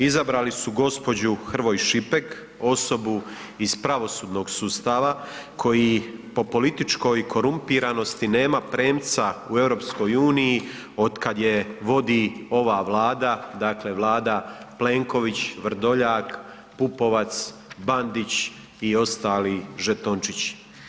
Izabrali su gospođu Hrvoj ŠIpek osobu iz pravosudnog sustava koji po političkoj korumpiranosti nema premca u EU od kada je vodi ova Vlada, dakle Vlada Plenković, Vrdoljak, Pupovac, Bandić i ostali žetončići.